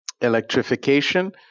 electrification